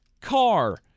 car